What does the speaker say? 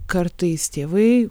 kartais tėvai